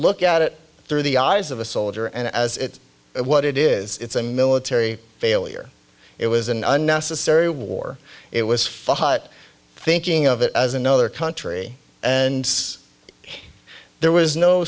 look at it through the eyes of a soldier and as it's what it is it's a military failure it was an unnecessary war it was fought thinking of it as another country and there was no